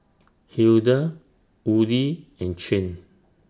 Hilda Woodie and Chin